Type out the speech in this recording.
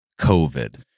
COVID